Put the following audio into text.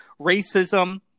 racism